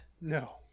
No